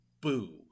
boo